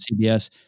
CBS